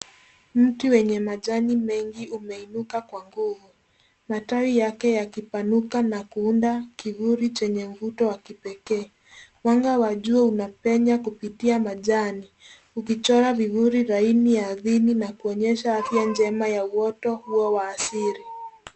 Mti yenye majani mengi umeinuka kwa nguvu. Matawi yake yakipanuka na kuunda kivuli chenye mvuto wa kipekee. Mwanga wa jua unapenya kupitia majani, ukichora vivuli laini ya ardhini na ukionyesha afya njema ya uwoto huo wa asili.